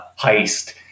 heist